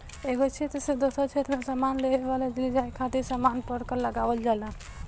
एगो क्षेत्र से दोसरा क्षेत्र में सामान लेआवे लेजाये खातिर सामान पर कर लगावल जाला